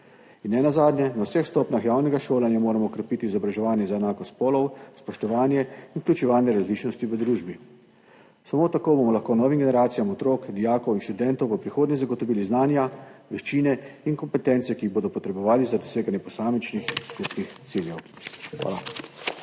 In nenazadnje, na vseh stopnjah javnega šolanja moramo okrepiti izobraževanje za enakost spolov, spoštovanje in vključevanje različnosti v družbi, samo tako bomo lahko novim generacijam otrok, dijakov in študentov v prihodnje zagotovili znanja, veščine in kompetence, ki jih bodo potrebovali za doseganje posamičnih skupnih ciljev. Hvala.